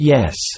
Yes